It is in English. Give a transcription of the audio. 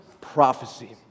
prophecy